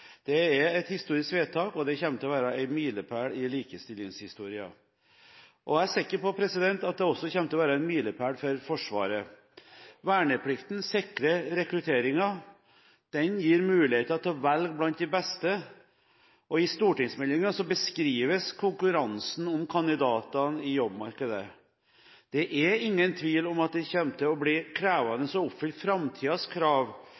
Det er et historisk vedtak, og det kommer til å være en milepæl i likestillingshistorien. Jeg er sikker på at det også kommer til å være en milepæl for Forsvaret. Verneplikten sikrer rekrutteringen, den gir mulighet til å velge blant de beste. I stortingsmeldingen beskrives konkurransen om kandidatene i jobbmarkedet. Det er ingen tvil om at det kommer til å bli krevende å oppfylle framtidens krav